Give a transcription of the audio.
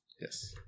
Yes